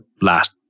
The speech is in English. last